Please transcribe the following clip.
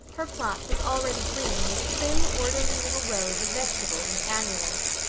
her plot was already green with prim, orderly little rows of vegetables and annuals.